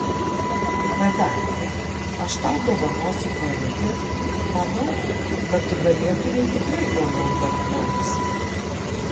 kadangi aš tau dovanosiu karutį manau kad tu galėtumei tikrai uoliau darbuotis